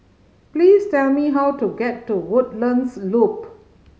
please tell me how to get to Woodlands Loop